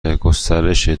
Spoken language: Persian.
گسترش